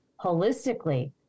holistically